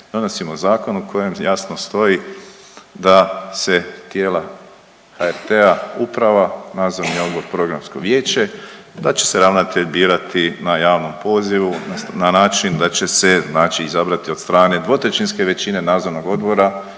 donosimo zakon u kojem jasno stoji da se tijela HRT-a, uprava, Nadzorni odbor i Programsko vijeće, da će se ravnatelj birati na javnom pozivu na način da će se znači izabrati od strane dvotrećinske većine Nadzornog odbora